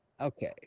Okay